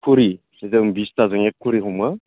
कुरि जोङो बिसताजों एककुरि हमो